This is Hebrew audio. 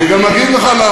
לא,